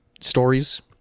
stories